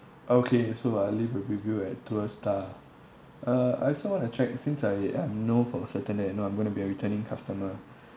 okay so I'll leave a review at tour star uh I also want to check since I I'm know for certain that you know I'm going to be a returning customer